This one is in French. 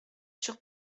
sur